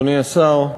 אדוני השר,